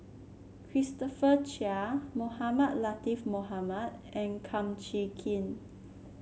Christopher Chia Mohamed Latiff Mohamed and Kum Chee Kin